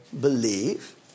believe